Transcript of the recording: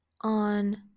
on